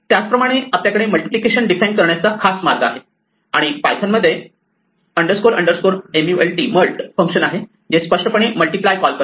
त्याचप्रमाणे आपल्याकडे multiplication define करण्याचा खास मार्ग आहे आणि पायथन मध्ये mult फंक्शन आहे जे स्पष्टपणे मल्टिप्लाय कॉल करते